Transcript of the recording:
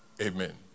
Amen